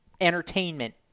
entertainment